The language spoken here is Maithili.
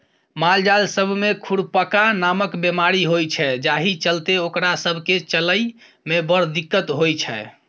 मालजाल सब मे खुरपका नामक बेमारी होइ छै जाहि चलते ओकरा सब केँ चलइ मे बड़ दिक्कत होइ छै